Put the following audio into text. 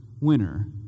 winner